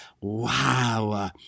Wow